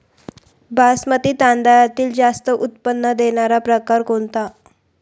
बासमती तांदळातील जास्त उत्पन्न देणारा प्रकार कोणता?